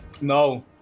no